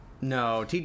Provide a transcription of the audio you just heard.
No